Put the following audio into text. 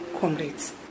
comrades